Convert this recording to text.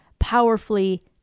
powerfully